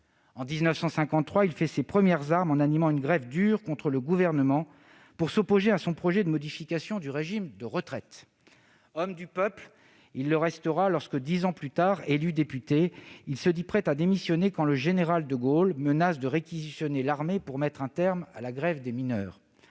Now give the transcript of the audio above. En 1953, il fait ses premières armes en animant une grève dure contre le Gouvernement, pour s'opposer à son projet de modification du régime de retraites. Homme du peuple, il le restera lorsque, dix ans plus tard, élu député, il se dit prêt à démissionner quand le général de Gaulle menace de réquisitionner l'armée pour mettre un terme à la grève des mineurs.